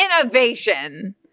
innovation